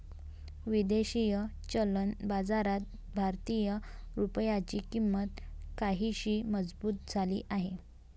विदेशी चलन बाजारात भारतीय रुपयाची किंमत काहीशी मजबूत झाली आहे